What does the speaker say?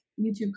YouTube